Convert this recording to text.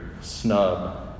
snub